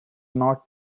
not